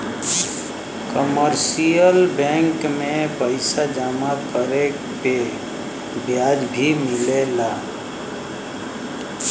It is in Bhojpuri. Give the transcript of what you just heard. कमर्शियल बैंक में पइसा जमा करे पे ब्याज भी मिलला